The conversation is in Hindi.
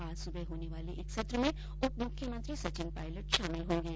आज सुबह होने वाले एक सत्र में उप मुख्यमंत्री सचिन पायलट शामिल होंगे